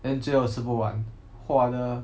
then 最后吃不完 !wah! the